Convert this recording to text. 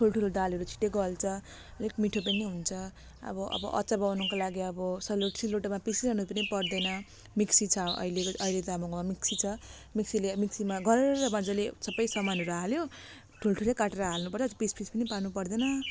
ठुलो ठुलो दालहरू छिट्टै गल्छ अलिक मिठो पनि हुन्छ अब अब अचार बनाउनुको लागि अब सलु सिलौटोमा पिसिरहनु पनि पर्दैन मिक्सी छ अहिले अहिले त हाम्रो घरमा मिक्सी छ मिक्सीले मिक्सीमा घररर मजजाले सबै समानहरू हाल्यो ठुल ठुलै काटेर हाल्नुपर्छ पिस पिस पनि पार्नु पर्दैन